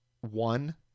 one